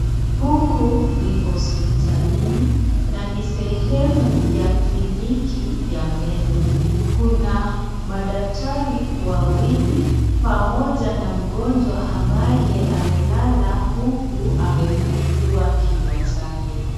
Huku ni hospitalini na ni sehemu ya kliniki ya meno. Kuna madaktari wawili pamoja na mgonjwa ambaye amelala huku amefungua kinywa chake.